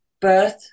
birth